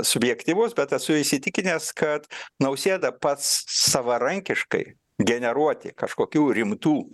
subjektyvus bet esu įsitikinęs kad nausėda pats savarankiškai generuoti kažkokių rimtų